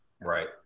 right